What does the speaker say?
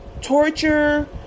torture